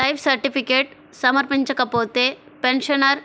life certificate సమర్పించకపోతే, pensioner